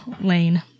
Lane